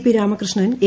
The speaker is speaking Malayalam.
P Ramakrishnan A